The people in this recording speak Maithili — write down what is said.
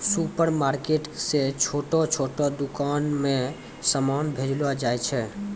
सुपरमार्केट से छोटो छोटो दुकान मे समान भेजलो जाय छै